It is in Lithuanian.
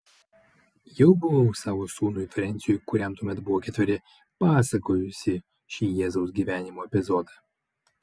jau buvau savo sūnui frensiui kuriam tuomet buvo ketveri pasakojusi šį jėzaus gyvenimo epizodą